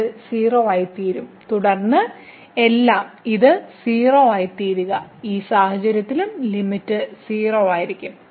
ഇത് 0 ആയിത്തീരും തുടർന്ന് എല്ലാം ഇത് 0 ആയിത്തീരുക ആ സാഹചര്യത്തിലും ലിമിറ്റ് 0 ആയിരിക്കും